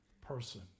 person